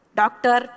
doctor